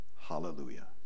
hallelujah